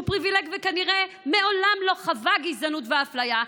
שהוא פריבילג וכנראה מעולם לא חווה גזענות ואפליה,